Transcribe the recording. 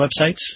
websites